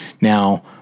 Now